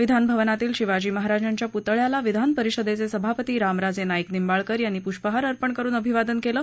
विधान भवनातील शिवाजी महाराजांच्या पुतळ्याला विधान परिषदेचे सभापती रामराजे नाईक निंबाळकर यांनी पुष्पहार अर्पण करून अभिवादन केलं